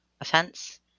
offense